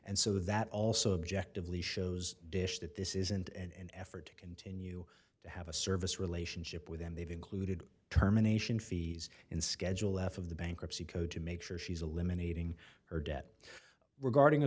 and so that also objective lee shows dish that this isn't an effort to continue to have a service relationship with them they've included terminations fees in schedule f of the bankruptcy code to make sure she's eliminating her debt regarding